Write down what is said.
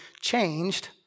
changed